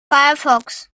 firefox